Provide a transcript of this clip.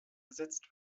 ersetzt